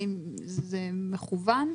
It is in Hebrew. האם זה מכוון?